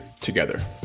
together